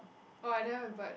orh I don't have a bird